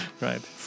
right